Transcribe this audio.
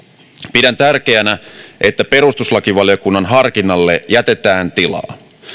pidän tärkeänä että perustuslakivaliokunnan harkinnalle jätetään tilaa